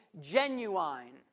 genuine